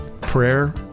Prayer